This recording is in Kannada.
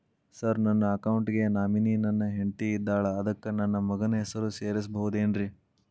ಸರ್ ನನ್ನ ಅಕೌಂಟ್ ಗೆ ನಾಮಿನಿ ನನ್ನ ಹೆಂಡ್ತಿ ಇದ್ದಾಳ ಅದಕ್ಕ ನನ್ನ ಮಗನ ಹೆಸರು ಸೇರಸಬಹುದೇನ್ರಿ?